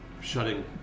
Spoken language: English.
shutting